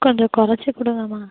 கொஞ்சம் குறச்சி கொடுங்கம்மா